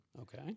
Okay